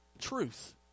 truth